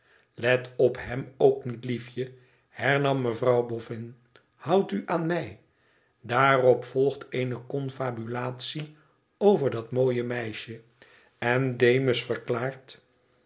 let op hem ook niet liefje hernam mevrouw boffin houd u aan mij daarop volgt eene confebulatie over dat mooie meisje en demus verklaart